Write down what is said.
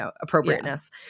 appropriateness